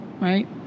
right